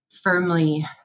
firmly